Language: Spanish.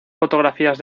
fotografías